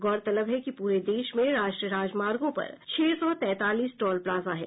गौरतलब है कि पूरे देश में राष्ट्रीय राजमार्गो पर छह सौ तैंतालीस टोल प्लाजा हैं